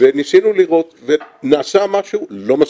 וניסינו לראות, נעשה משהו לא מספיק.